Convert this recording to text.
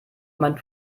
meinen